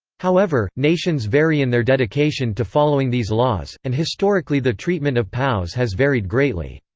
however, nations vary in their dedication to following these laws, and historically the treatment of pows has varied greatly.